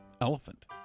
elephant